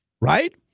right